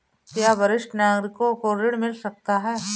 क्या वरिष्ठ नागरिकों को ऋण मिल सकता है?